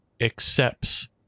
accepts